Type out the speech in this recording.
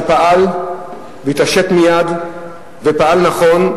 שפעל והתעשת מייד ופעל נכון,